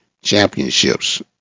championships